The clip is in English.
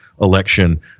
election